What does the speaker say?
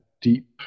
deep